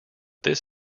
this